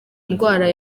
ndwara